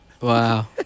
Wow